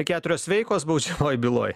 keturios veikos baudžiamoj byloj